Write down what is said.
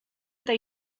they